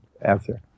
answer